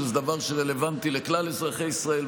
שזה דבר שרלוונטי לכלל אזרחי ישראל.